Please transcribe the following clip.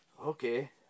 okay